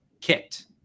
kicked